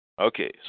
Okay